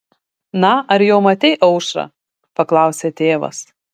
na ar jau matei aušrą paklausė tėvas